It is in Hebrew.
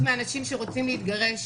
10% מהמתגרשים